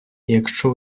якщо